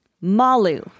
Malu